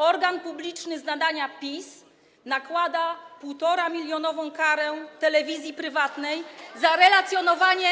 Organ publiczny z nadania PiS nakłada 1,5-milionową karę telewizji prywatnej za relacjonowanie